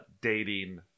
dating